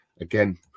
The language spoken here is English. again